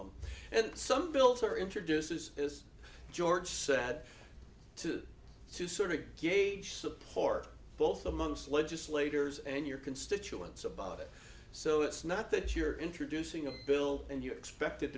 them and some bills are introduced this is george said to to sort of gauge support both amongst legislators and your constituents about it so it's not that you're introducing a bill and you expected